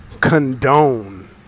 condone